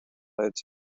and